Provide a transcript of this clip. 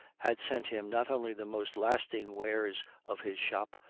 had sent him not only the most lasting wares of his shop,